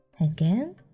Again